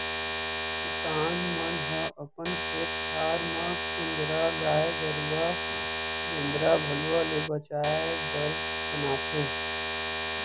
किसान मन ह अपन खेत खार म कुंदरा गाय गरूवा बेंदरा भलुवा ले बचाय बर बनाथे